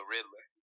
Riddler